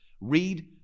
read